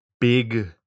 big